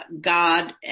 God